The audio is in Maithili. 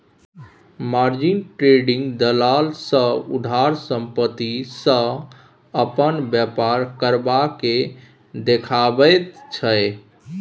मार्जिन ट्रेडिंग दलाल सँ उधार संपत्ति सँ अपन बेपार करब केँ देखाबैत छै